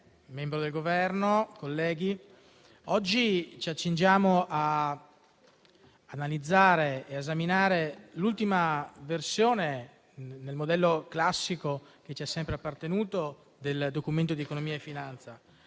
del Governo, colleghi, oggi ci accingiamo ad analizzare ed esaminare l'ultima versione nel modello classico, che c'è sempre appartenuto, del Documento di economia e finanza.